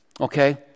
okay